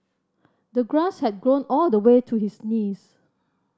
the grass had grown all the way to his knees